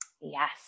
Yes